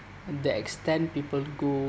the extent people go